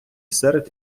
серед